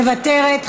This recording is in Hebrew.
מוותרת.